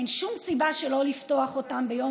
אין שום סיבה שלא לפתוח אותם ביום